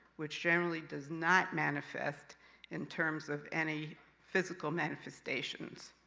which generally does not manifest in terms of any physical manifestations.